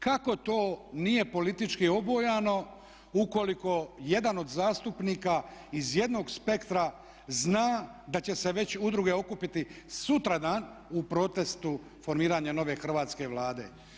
Kako to nije politički obojano, ukoliko jedan od zastupnika iz jednog spektra zna da će se već udruge okupiti sutradan u protestu formiranja nove hrvatske Vlade.